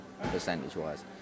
percentage-wise